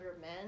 men